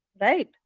right